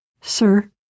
sir